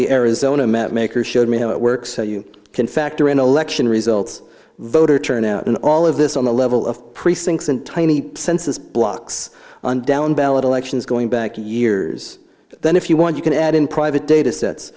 the arizona met makers showed me how it works so you can factor in the election results voter turnout in all of this on the level of precincts in tiny census blocks and down ballot elections going back years then if you want you can add in private datasets